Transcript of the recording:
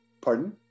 Pardon